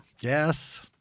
Yes